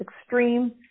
extreme